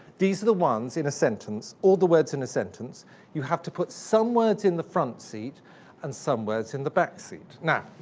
these are the ones in a sentence all the words in a sentence you have to put some words in the front seat and some words in the back seat. now,